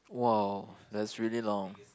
!wow! that's really long